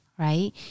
right